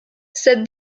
cette